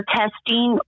testing